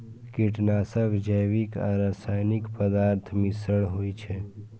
कीटनाशक जैविक आ रासायनिक पदार्थक मिश्रण होइ छै